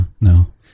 No